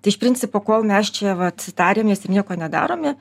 tai iš principo kol mes čia vat tariamės ir nieko nedarome